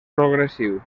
progressiu